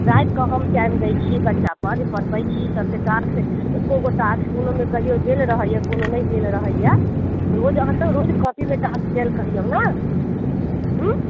रातिकऽ हम टाइम दै छी बच्चा पर जे पढ़बैत छी सबके एके गो टास्क कोनोमे कहियो देल रहैया कोनो नहि देल रहैया रोज अहाँ रोज कॉपीमे टास्क देल करिऔ ने हूँ